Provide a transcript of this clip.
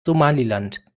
somaliland